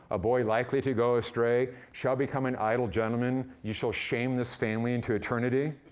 a boy likely to go astray, shall become an idle gentleman? you shall shame this family into eternity?